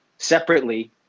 separately